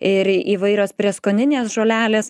ir įvairios prieskoninės žolelės